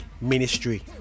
ministry